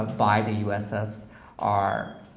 ah by the u s s r.